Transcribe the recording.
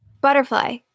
butterfly